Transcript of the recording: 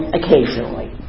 occasionally